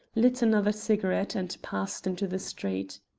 lit another cigarette, and passed into the street.